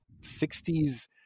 60s